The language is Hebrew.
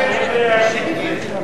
לחלופין.